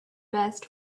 best